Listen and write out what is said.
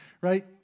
right